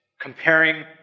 Comparing